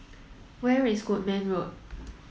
where is Goodman Road